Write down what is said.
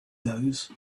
those